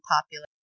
popular